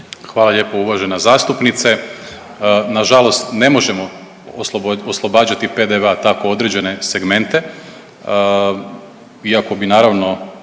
Hvala lijepo uvažena zastupnice. Nažalost ne možemo oslobađati PDV-a tako određene segmente, iako bi naravno